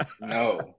no